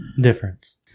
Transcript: Difference